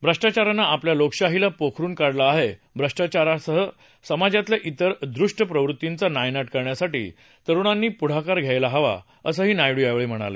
भ्रष्टाचारानं आपल्या लोकशाहीला पोखरून काढलं आहे भ्रष्टाचारासह समाजातल्या तिर दुष्ट प्रवृत्तींचा नायनाट करण्यासाठी तरुणांनी पुढाकार घ्यायला हवा असंही नायडू यावेळी म्हणाले